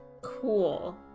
Cool